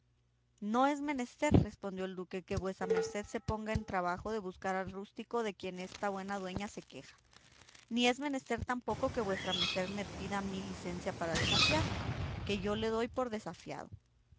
no es menester respondió el duque que vuesa merced se ponga en trabajo de buscar al rústico de quien esta buena dueña se queja ni es menester tampoco que vuesa merced me pida a mí licencia para desafiarle que yo le doy por desafiado